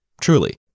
truly